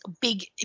big